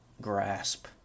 grasp